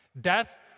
Death